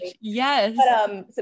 Yes